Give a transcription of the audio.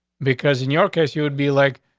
because in your case, you would be like,